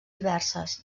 diverses